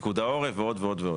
פיקוד העורף ועוד ועוד ועוד.